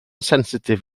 sensitif